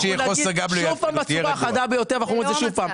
כשיהיה חוסר גם לא --- אנחנו נגיד שוב פעם בצורה החדה ביותר אף